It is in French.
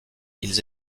ils